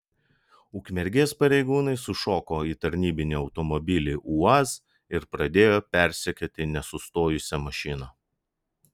ukmergės pareigūnai sušoko į tarnybinį automobilį uaz ir pradėjo persekioti nesustojusią mašiną